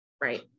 Right